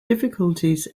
difficulties